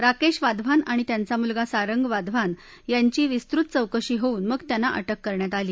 राकेश वाधवान आणि त्यांचा मुलगा सारंग वाधवान यांची विस्तृत चौकशी होऊन मग त्यांना अटक करण्यात आली